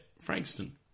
Frankston